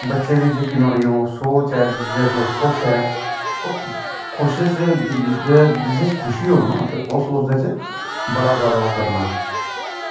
बच्चे दी जेह्की नुहाड़ी ओह् सोच ऐ जिस चीज़ा च ओह् खुश ऐ उस खुशी जेह्दे च उसी खुशी होग ना उन्ने उस चीज़ै च बड़ा जादा ओह् करना